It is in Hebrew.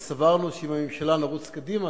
וסברנו שעם הממשלה נרוץ קדימה,